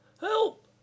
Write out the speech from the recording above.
help